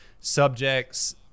subjects